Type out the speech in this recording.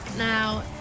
Now